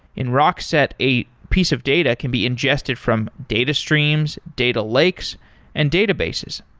in rockset, a piece of data can be ingested from data streams, data lakes and databases.